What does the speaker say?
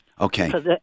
Okay